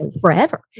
forever